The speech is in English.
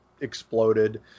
exploded